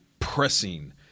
pressing